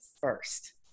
first